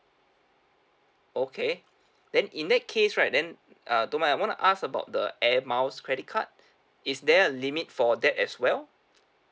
okay then in that case right then uh don't mind I wanna ask about the air miles credit card is there a limit for that as well